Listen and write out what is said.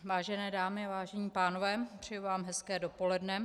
Vážené dámy, vážení pánové, přeji vám hezké dopoledne.